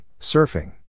Surfing